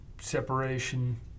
separation